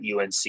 UNC